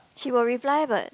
she will reply but